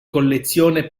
collezione